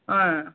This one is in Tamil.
ஆ